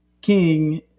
King